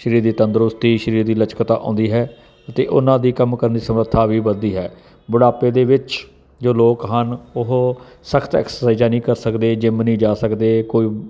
ਸਰੀਰ ਦੀ ਤੰਦਰੁਸਤੀ ਸਰੀਰ ਦੀ ਲਚਕਤਾ ਆਉਂਦੀ ਹੈ ਅਤੇ ਉਹਨਾਂ ਦੀ ਕੰਮ ਕਰਨ ਦੀ ਸਮਰੱਥਾ ਵੀ ਵੱਧਦੀ ਹੈ ਬੁਢਾਪੇ ਦੇ ਵਿੱਚ ਜੋ ਲੋਕ ਹਨ ਉਹ ਸਖਤ ਐਕਸ਼ਾਈਜਾਂ ਨਹੀਂ ਕਰ ਸਕਦੇ ਜਿੰਮ ਨਹੀਂ ਜਾ ਸਕਦੇ ਕੋਈ